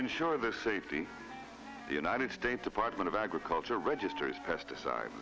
ensure the safety of the united states department of agriculture registers pesticides